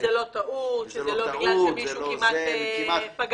יכול היות גם כן שהירידה